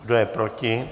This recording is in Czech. Kdo je proti?